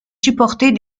supporter